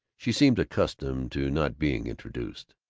she seemed accustomed to not being introduced.